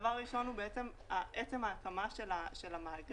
הדבר הראשון הוא בעצם עצם ההקמה של המאגר